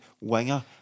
winger